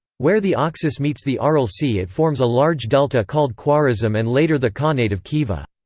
where the oxus meets the aral sea it forms a large delta called khwarazm and later the khanate of khiva.